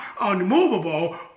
unmovable